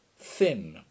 Thin